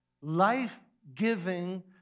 life-giving